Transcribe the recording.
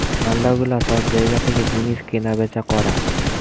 ম্যালা গুলা সব জায়গা থেকে জিনিস কেনা বেচা করা